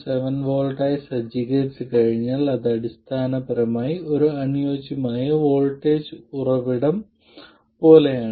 7 V ആയി സജ്ജീകരിച്ചുകഴിഞ്ഞാൽ അത് അടിസ്ഥാനപരമായി ഒരു അനുയോജ്യമായ വോൾട്ടേജ് ഉറവിടം പോലെയാണ്